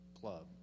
club